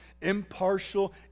impartial